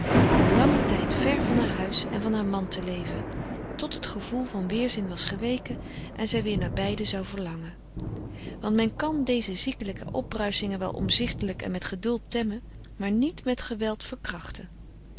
een langen tijd ver van haar huis en van haar man te leven tot het gevoel van weerzin was geweken en zij weer naar beiden zou verlangen want men kan deze ziekelijke opbruischingen wel omzichtelijk en met geduld temmen maar niet met geweld verkrachten